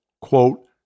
quote